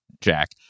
Jack